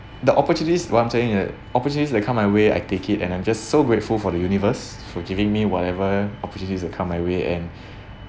the opportunities one thing it opportunities that come my way I take it and I'm just so grateful for the universe forgiving me whatever opportunities that come my way and